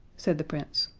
said the prince.